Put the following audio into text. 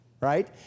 right